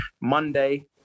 Monday